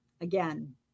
Again